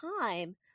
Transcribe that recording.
time